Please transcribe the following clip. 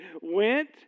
went